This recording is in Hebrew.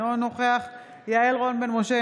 אינו נוכח יעל רון בן משה,